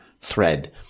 thread